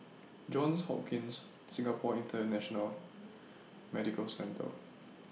Johns Hopkins Singapore International Medical Centre